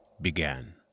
began